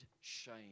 shame